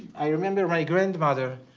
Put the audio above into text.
i remember my grandmother,